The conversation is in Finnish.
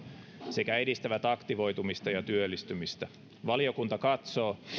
sekä edistävät aktivoitumista ja työllistymistä valiokunta katsoo